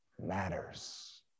matters